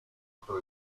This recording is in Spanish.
otro